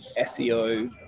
SEO